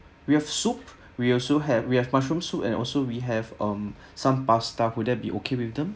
we have soup we also have we have mushroom soup and also we have um some pasta would that be okay with them